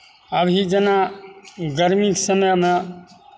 अभी जेना गरमीके समयमे